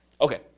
Okay